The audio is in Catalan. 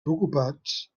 preocupats